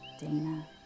Dana